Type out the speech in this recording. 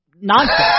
Nonsense